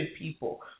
people